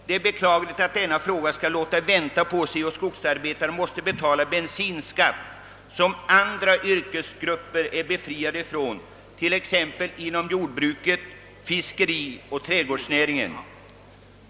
Det är beklagligt att lösningen av denna fråga skall låta vänta på sig och att skogsarbetarna måste betala bensinskatt som andra yrkesgrupper är befriade från, t.ex. de som arbetar inom jordbruket, fiskerioch trädgårdsnäringen.